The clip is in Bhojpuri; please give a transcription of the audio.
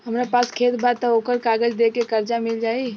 हमरा पास खेत बा त ओकर कागज दे के कर्जा मिल जाई?